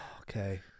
okay